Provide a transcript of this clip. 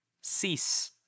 Cease